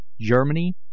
Germany